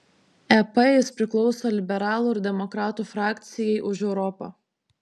ep jis priklauso liberalų ir demokratų frakcijai už europą